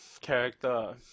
character